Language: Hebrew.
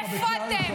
איפה אתם?